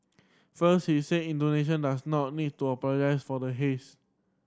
first he said Indonesia does not need to apologise for the haze